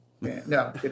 No